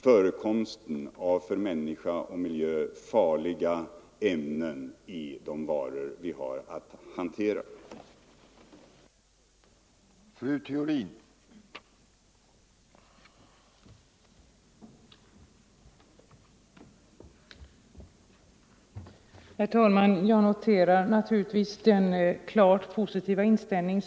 kontrollen av och miljö farliga ämnen i de varor vi producerar och konsumerar. hälsooch miljöfarliga ämnen